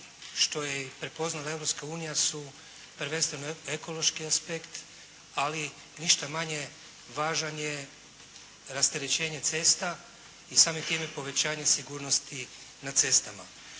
što je prepoznala i Europska unija su prvenstveno ekološki aspekt, ali ništa manje važan je rasterećenje cesta i samim time povećanje sigurnosti na cestama.